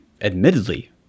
admittedly